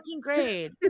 grade